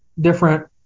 different